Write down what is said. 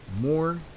more